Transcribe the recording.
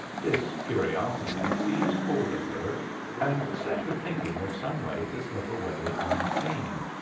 this curiosity seized hold of her and set her thinking of some way to slip away unseen.